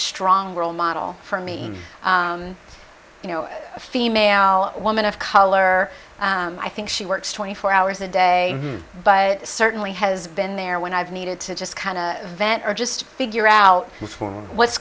strong role model for me you know a female woman of color i think she works twenty four hours a day but certainly has been there when i've needed to just kind of vent or just figure out what's